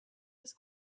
was